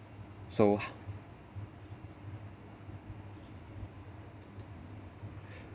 so